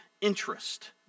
interest